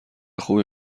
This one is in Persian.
خوبی